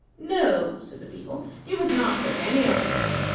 no, said the people, you must not go to any other town.